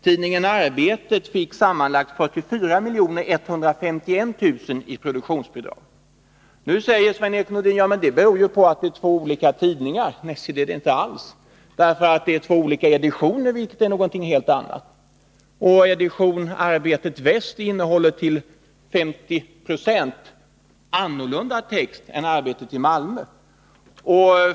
Tidningen Arbetet fick sammanlagt 44 151 000 i produktionsbidrag. Nu säger Sven-Erik Nordin att detta beror på att det är fråga om två olika tidningar. Men så är det inte alls. Det är fråga om två olika editioner, vilket är någonting helt annat. Edition Arbetet Väst innehåller till 50 96 annorlunda text än Arbetet i Malmö.